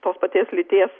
tos paties lyties